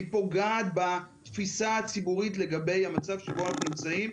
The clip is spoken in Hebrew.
פוגעת בתפישה הציבורית לגבי המצב שבו אנחנו נמצאים,